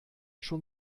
schon